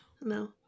No